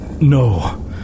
No